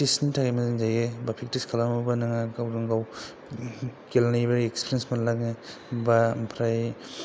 एबा प्रेक्टिसनि थाखाय मोजां जायो एबा प्रेकटिस खालामोब्ला नों गावनो गाव गेलेनायबो एक्सपिरिएन्स मोनलाङो बा ओमफ्राय